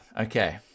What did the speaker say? Okay